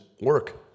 work